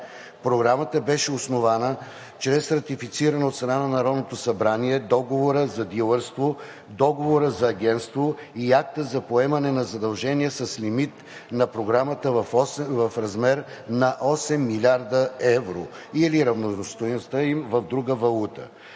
Програмата беше основана чрез ратифициране от страна на Народното събрание на Договора за дилърство, Договора за агентство и Акта за поемане на задължения с лимит на Програмата в размер на 8 млрд. Евро, или равностойността им в друга валута.